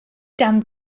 dan